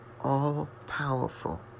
all-powerful